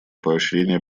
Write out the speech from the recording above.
поощрения